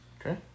Okay